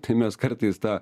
tai mes kartais tą